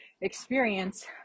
experience